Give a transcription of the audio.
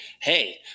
hey